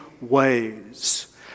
ways